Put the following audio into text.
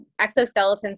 exoskeletons